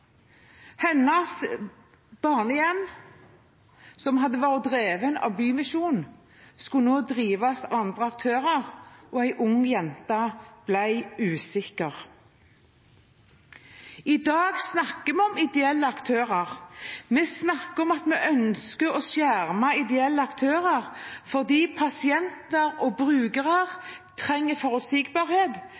Hennes barnehjem, som hadde vært drevet av Bymisjonen, skulle nå drives av andre aktører, og en ung jente ble usikker. I dag snakker vi om ideelle aktører. Vi snakker om at vi ønsker å skjerme ideelle aktører fordi pasienter og brukere trenger forutsigbarhet,